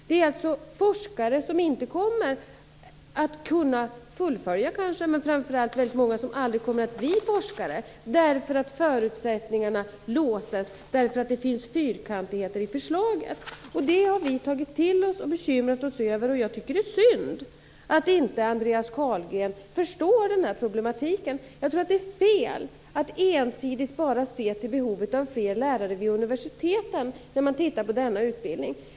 Det handlar om att forskare kanske inte kommer att kunna fullfölja, men det handlar framför allt om att väldigt många aldrig kommer att bli forskare - därför att förutsättningarna låses, därför att det finns fyrkantigheter i förslaget. Det här har vi tagit till oss och bekymrat oss över. Jag tycker att det är synd att inte Andreas Carlgren förstår den här problematiken. Jag tror att det är fel att ensidigt se till bara behovet av fler lärare vid universiteten när man tittar på denna utbildning.